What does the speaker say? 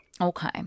Okay